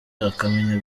akamenya